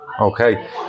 okay